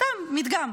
סתם מדגם,